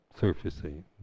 surfacing